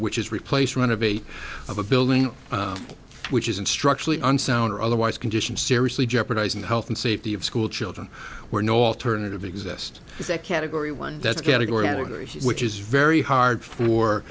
which is replace renovate of a building which isn't structurally unsound or otherwise condition seriously jeopardizing the health and safety of schoolchildren were no alternative exist as a category one that's category which is very hard for